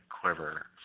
quiver